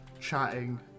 chatting